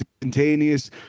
instantaneous